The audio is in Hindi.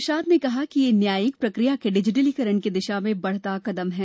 प्रसाद ने कहा कि यह न्यायिक प्रक्रिया के डिजिटिकरण की दिशा में बढ़ता कदम है